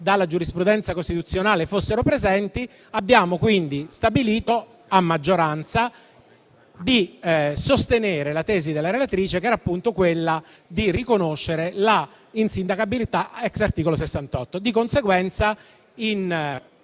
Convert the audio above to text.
dalla giurisprudenza costituzionale, fossero presenti, abbiamo quindi stabilito a maggioranza di sostenere la tesi della relatrice, che era quella di riconoscere l'insindacabilità *ex* articolo 68. Di conseguenza, in